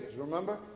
remember